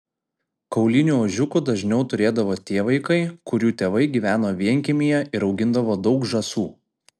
kaulinių ožiukų dažniau turėdavo tie vaikai kurių tėvai gyveno vienkiemyje ir augindavo daug žąsų